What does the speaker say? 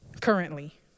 currently